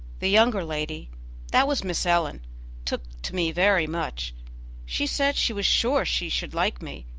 the younger lady that was miss ellen took to me very much she said she was sure she should like me,